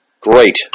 Great